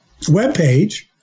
webpage